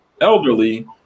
elderly